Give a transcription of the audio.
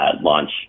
launch